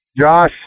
Josh